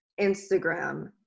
Instagram